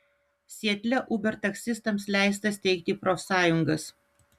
sietle uber taksistams leista steigti profsąjungas